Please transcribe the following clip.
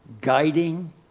guiding